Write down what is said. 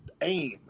aim